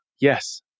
yes